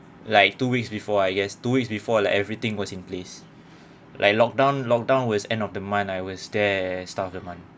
like two weeks before I guess two weeks before like everything was in place like lockdown lockdown was end of the month I was there start of the month